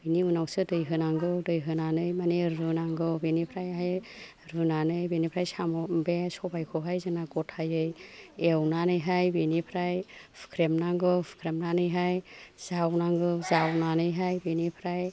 बेनि उनावसो दै होनांगौ दै होनानै मानि रुनांगौ बेनिफ्रायहाय रुनानै बेनिफ्राय साम' बे सबाइखौहाय जोंहा गथायै एवनानैहाय बेनिफ्राय हुख्रेमनांगौ हुख्रेमनानैहाय जावनांगौ जावनानैहाय बेनिफ्राय